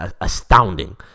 astounding